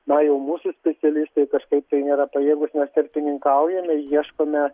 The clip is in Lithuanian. na jau mūsų specialistai kažkaip tai nėra pajėgūs mes tarpininkaujame ieškome